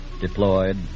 deployed